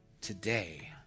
today